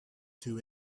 two